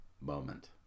moment